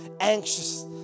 anxious